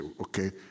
okay